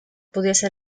pudiese